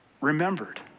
remembered